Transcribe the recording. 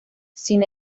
sin